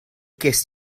ges